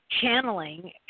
channeling